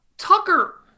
Tucker